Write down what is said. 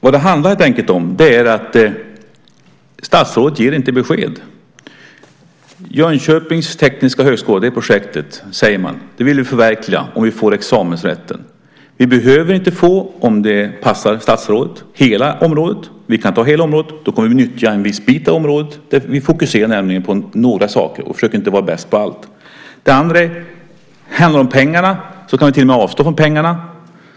Det handlar helt enkelt om att statsrådet inte ger besked. Man säger att man vill förverkliga projektet Jönköpings tekniska högskola om vi får examensrätt. Vi behöver inte få hela området, om det passar statsrådet bättre. Men vi kan ta hela området, och då kommer vi att nyttja en viss bit av det. Vi fokuserar nämligen på några saker och försöker inte vara bäst på allt. När det handlar om pengarna kan vi till och med avstå från dem.